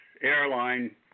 airline